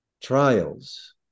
trials